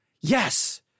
Yes